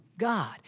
God